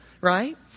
right